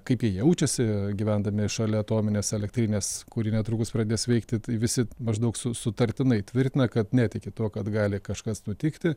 kaip jie jaučiasi gyvendami šalia atominės elektrinės kuri netrukus pradės veikti tai visi maždaug su sutartinai tvirtina kad netiki tuo kad gali kažkas nutikti